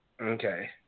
Okay